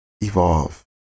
Evolve